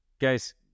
Guys